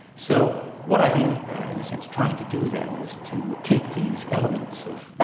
so what i've been in a sense trying to do then, is to take these elements of